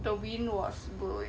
the wind was blowing